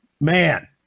man